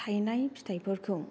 थायनाय फिथाइफोरखौ